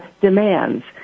demands